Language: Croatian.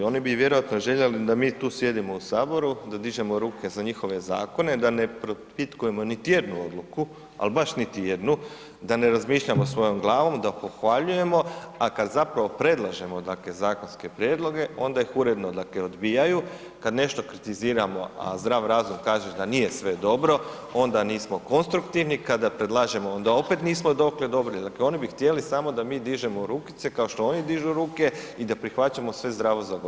Oni bi vjerojatno željeli da mi tu sjedimo u Saboru, da dižemo ruke za njihove zakone, da ne propitkujemo niti jednu odluku, ali baš niti jednu, da ne razmišljamo svojom glavom, da pohvaljujemo, a kad zapravo predlažemo dakle zakonske prijedloge, onda ih uredno odbijaju, kad nešto kritiziramo, a zdrav razum kaže da nije sve dobro, onda nismo konstruktivni, kada predlažemo onda opet nismo dobri, dakle oni bi htjeli samo da mi dižemo rukice kao što oni dižu ruke i da prihvaćamo sve zdravo za gotovo.